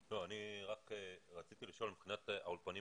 אני רק רציתי לשאול מבחינת האולפנים